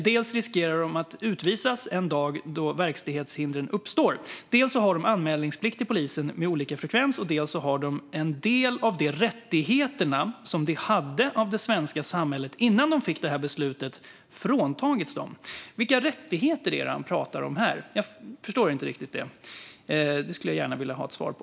Dels riskerar de att utvisas den dag verkställighetshindrena uppstår, dels har de anmälningsplikt till polisen med olika frekvens och dels har en del av de rättigheterna som de hade av det svenska samhället innan de fick det här beslutet fråntagits dem." Vilka rättigheter är det som han talar om här? Jag förstår inte riktigt det. Det skulle jag gärna vilja ha ett svar på.